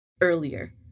earlier